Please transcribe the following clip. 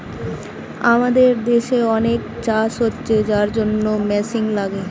আমাদের দেশে অনেক চাষ হচ্ছে যার জন্যে মেশিন লাগে